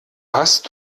hast